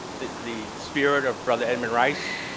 the spirit of brother edmond rice.